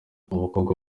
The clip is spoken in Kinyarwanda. abakobwa